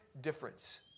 difference